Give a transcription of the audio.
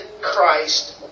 Christ